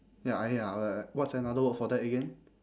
ya I ya what's another word for that again